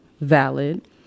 Valid